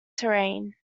terrain